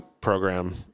program